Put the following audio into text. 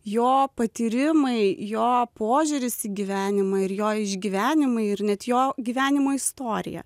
jo patyrimai jo požiūris į gyvenimą ir jo išgyvenimai ir net jo gyvenimo istorija